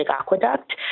Aqueduct